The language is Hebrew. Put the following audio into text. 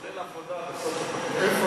כולל עבודה בסוף התוכנית.